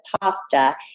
pasta